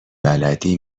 بلدی